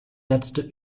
letzte